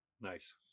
Nice